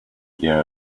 year